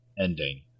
ending